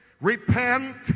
Repent